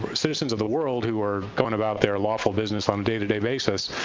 but citizens of the world who are going about their lawful business on a day-to-day basis,